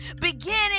beginning